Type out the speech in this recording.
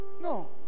No